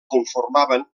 conformaven